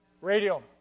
radio